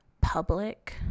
public